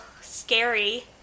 scary